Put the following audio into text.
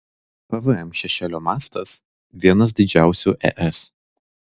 pvm šešėlio mastas vienas didžiausių es